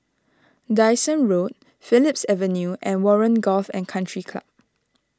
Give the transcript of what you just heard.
Dyson Road Phillips Avenue and Warren Golf and Country Club